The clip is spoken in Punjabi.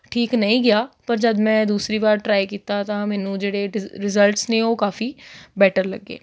ਠੀਕ ਨਹੀਂ ਗਿਆ ਪਰ ਜਦ ਮੈਂ ਦੂਸਰੀ ਵਾਰ ਟਰਾਈ ਕੀਤਾ ਤਾਂ ਮੈਨੂੰ ਜਿਹੜੇ ਰਿਜ ਰਿਜਲਟਸ ਨੇ ਉਹ ਕਾਫੀ ਬੈਟਰ ਲੱਗੇ